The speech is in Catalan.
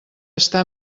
està